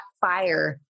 fire